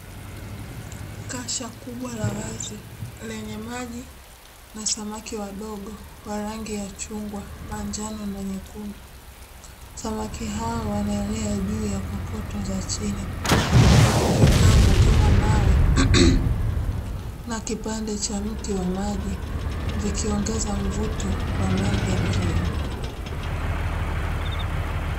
Kasha kubwa la wazi lenye maji na samaki wadogo wa rangi ya chungwa, manjano na nyekundu. Samaki hao wanaelea juu ya kokoto za chini huku vipambo kama mawe na kipande cha mti wa maji vikiongeza mvuto wa mandhari hiyo.